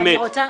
נכון, אמת.